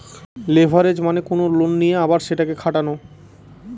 leverage মানে কোনো loan নিয়ে আবার সেটাকে খাটানো